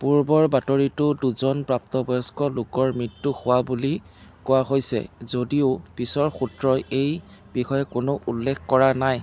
পূৰ্বৰ বাতৰিটো দুজন প্ৰাপ্তবয়স্ক লোকৰ মৃত্যু হোৱা বুলি কোৱা হৈছে যদিও পিছৰ সূত্ৰই এই বিষয়ে কোনো উল্লেখ কৰা নাই